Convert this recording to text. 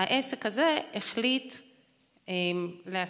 העסק הזה החליט להסיר.